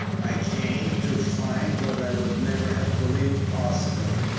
i came, to find, what i would never have believed possible,